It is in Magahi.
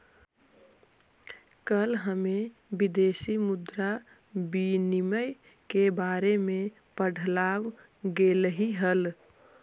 कल हमें विदेशी मुद्रा विनिमय के बारे में पढ़ावाल गेलई हल